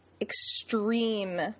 extreme